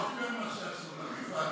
זה לא פייר, מה שעשו להם.